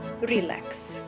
relax